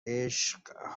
عشق